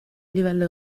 livello